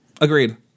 Agreed